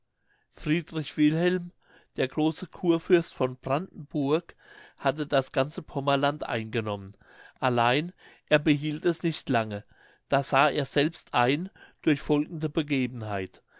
friedrich wilhelm der große churfürst von brandenburg hatte das ganze pommerland eingenommen allein er behielt es nicht lange das sah er selbst ein durch folgende begebenheit